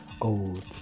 Old